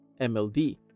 MLD